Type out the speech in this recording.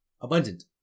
abundant